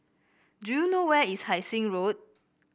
do you know where is Hai Sing Road